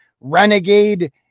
renegade